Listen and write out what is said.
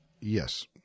Yes